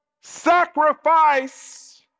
sacrifice